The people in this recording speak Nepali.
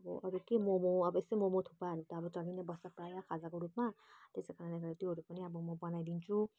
अन्त अब अरू के मोमो अब यस्तै मोमो थुक्पाहरू त अब चलि नै बस्छ प्रायः खाजाको रूपमा त्यसै कारणले गर्दा त्योहरू पनि अब म बनाइदिन्छु